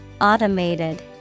Automated